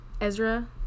Ezra